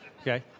okay